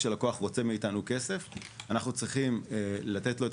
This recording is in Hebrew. כשלקוח רוצה מאיתנו כסף אנחנו צריכים לתת לו את